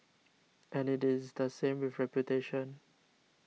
and it is the same with reputation